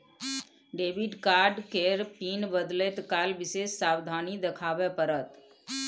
debit card केर pin बदलैत काल विशेष सावाधनी देखाबे पड़त